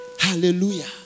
Hallelujah